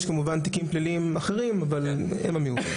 יש כמובן תיקים פליליים אחרים, אבל הם המיעוט.